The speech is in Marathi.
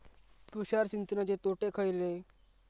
तुषार सिंचनाचे तोटे खयले?